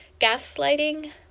gaslighting